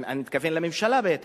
אני מתכוון לממשלה, בטח,